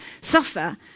suffer